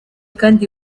kandi